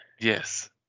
Yes